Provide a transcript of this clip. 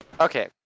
Okay